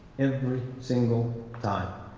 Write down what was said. every single time,